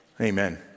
Amen